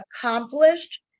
accomplished